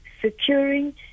securing